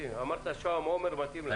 אמרת "שוהם ועומר", מתאים להם.